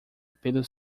pelos